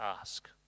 ask